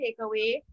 takeaway